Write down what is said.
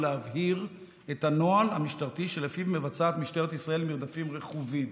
להבהיר את הנוהל המשטרתי שלפיו מבצעת משטרת ישראל מרדפים רכובים.